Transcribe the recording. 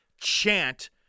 chant